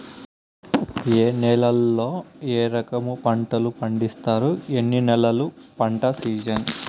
ఏ నేలల్లో ఏ రకము పంటలు పండిస్తారు, ఎన్ని నెలలు పంట సిజన్?